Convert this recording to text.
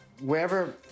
wherever